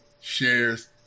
shares